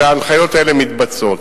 וההנחיות האלה מבוצעות.